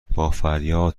بافریاد